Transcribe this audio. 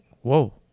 whoa